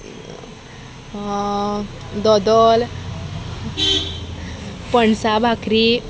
दोदोल पणसा भकरी